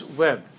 web